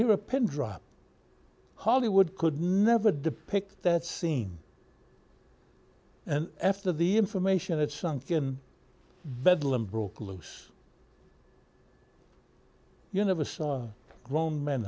hear a pin drop hollywood could never depict that scene and after the information it sunk in bedlam broke loose you never saw grown men